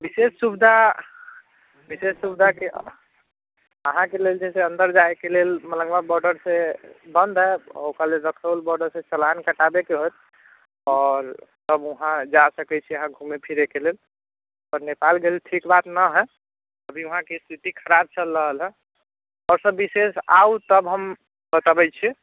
विशेष सुविधा विशेष सुविधाके अहाँके लेल जे छै से अन्दर जाइके लेल मलङ्गवा बॉर्डरसँ बन्द हैत आओर ओकर लेल रक्सौल बॉर्डरसँ चालान कटाबैके हैत आओर तब वहाँ जा सकै छी अहाँ घुमै फिरैके लेल पर नेपाल गेल ठीक बात नहि हइ अभी वहाँके स्थिति खराब चल रहल हइ आओर विशेष आउ तब हम बताबै छी